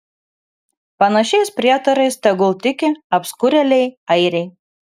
panašiais prietarais tegul tiki apskurėliai airiai